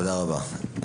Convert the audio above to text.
תודה רבה.